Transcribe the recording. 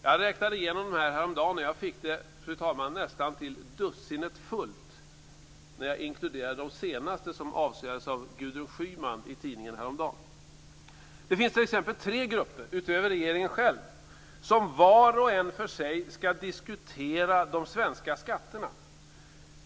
Jag räknade igenom dem, och jag fick dem, fru talman, till nästan dussinet fullt när jag inkluderade de senaste som avslöjades av Gudrun Schyman häromdagen. Det finns t.ex. tre grupper, utöver regeringen själv, som var och en för sig skall diskutera de svenska skatterna.